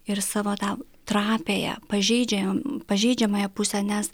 ir savo tą trapiąją pažeidžiajam pažeidžiamąją pusę nes